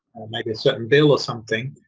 maybe a certain bill or something,